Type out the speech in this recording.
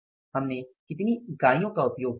हमने कितनी इकाईयों का उपयोग किया है